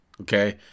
okay